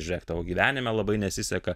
žiūrėk tavo gyvenime labai nesiseka